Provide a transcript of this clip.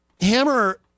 Hammer